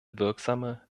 wirksame